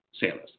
sailors